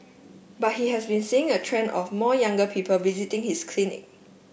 but he has been seeing a trend of more younger people visiting his clinic